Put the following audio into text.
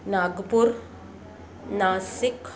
Nagpur Nashik